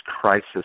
crisis